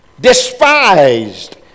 despised